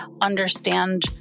understand